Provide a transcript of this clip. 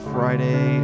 Friday